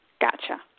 Gotcha